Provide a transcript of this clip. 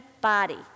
body